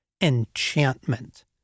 enchantment